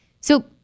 So-